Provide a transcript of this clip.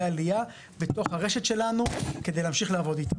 עלייה בתוך הרשת שלנו כדי להמשיך לעבוד איתם.